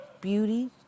beauty